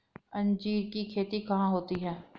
अंजीर की खेती कहाँ होती है?